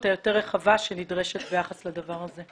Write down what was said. היותר רחבה שנדרשת ביחס לדבר הזה.